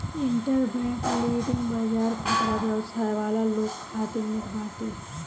interbank lending बाजार खुदरा व्यवसाय वाला लोग खातिर निक बाटे